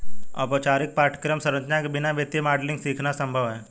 औपचारिक पाठ्यक्रम संरचना के बिना वित्तीय मॉडलिंग सीखना संभव हैं